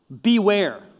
Beware